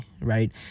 Right